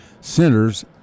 centers